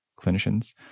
clinicians